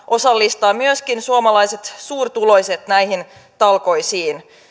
osallistaa myöskin suurituloiset suomalaiset näihin talkoisiin